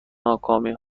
ناکامی